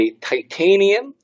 titanium